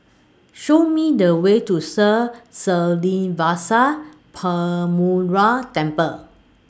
Show Me The Way to Sri Srinivasa Perumal Temple